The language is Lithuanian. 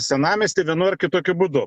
senamiestį vienu ar kitokiu būdu